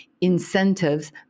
incentives